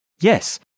Yes